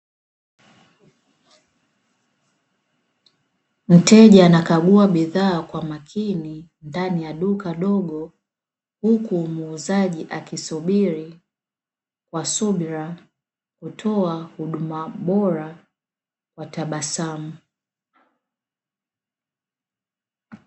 Mteja anakagua bidhaa kwa makini ndani ya duka dogo huku, muuzaji akisubiri kwa subira kutoka huduma bora kwa tabasamu.